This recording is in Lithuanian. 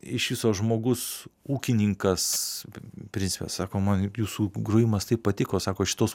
iš viso žmogus ūkininkas principe sako man jūsų grojimas taip patiko sako šitos